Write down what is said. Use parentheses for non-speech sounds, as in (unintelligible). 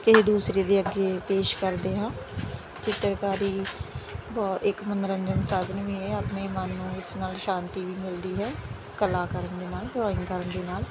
ਕਿਸੇ ਦੂਸਰੇ ਦੇ ਅੱਗੇ ਪੇਸ਼ ਕਰਦੇ ਹਾਂ ਚਿੱਤਰਕਾਰੀ (unintelligible) ਇਕ ਮਨੋਰੰਜਨ ਸਾਧਨ ਵੀ ਹੈ ਆਪਣੇ ਮਨ ਨੂੰ ਇਸ ਨਾਲ ਸ਼ਾਂਤੀ ਵੀ ਮਿਲਦੀ ਹੈ ਕਲਾ ਕਰਨ ਦੇ ਨਾਲ ਡਰਾਇੰਗ ਕਰਨ ਦੇ ਨਾਲ